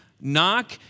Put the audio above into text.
Knock